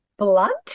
blunt